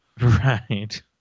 Right